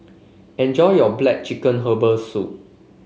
enjoy your black chicken Herbal Soup